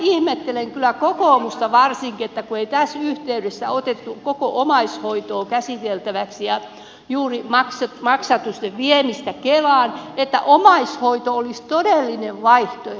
ihmettelen kyllä kokoomusta varsinkin kun ei tässä yhteydessä otettu koko omaishoitoa käsiteltäväksi ja juuri maksatusten viemistä kelaan niin että omaishoito olisi todellinen vaihtoehto